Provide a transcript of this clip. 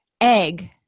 egg